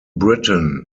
britain